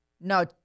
No